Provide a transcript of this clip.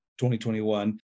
2021